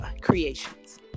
creations